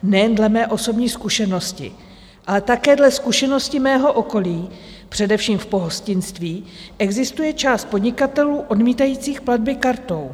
Nejen dle mé osobní zkušenosti, ale také dle zkušenosti mého okolí především v pohostinství existuje část podnikatelů odmítajících platby kartou.